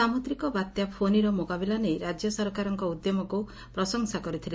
ସାମୁଦ୍ରିକ ବାତ୍ୟା ଫୋନିର ମୁକାବିଲା ନେଇ ରାଜ୍ୟ ସରକାରଙ୍କ ଉଦ୍ୟମକୁ ପ୍ରଶଂସା କରିଥିଲେ